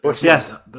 Yes